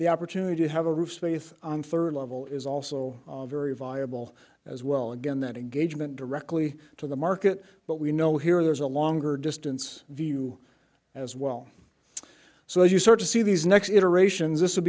the opportunity to have a roof faith on third level is also very viable as well again that engagement directly to the market but we know here there's a longer distance view as well so as you start to see these next iterations this